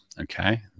okay